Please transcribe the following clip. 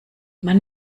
man